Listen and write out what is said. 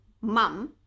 mum